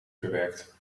verwerkt